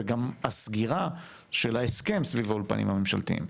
וגם, הסגירה של ההסכמים סביב האולפנים הממשלתיים,